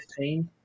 15